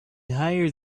higher